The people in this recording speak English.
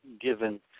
given